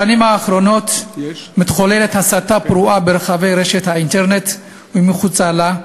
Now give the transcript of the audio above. בשנים האחרונות מתחוללת הסתה פרועה ברחבי רשת האינטרנט ומחוצה לה,